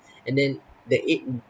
and then the egg